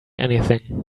anything